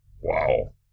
Wow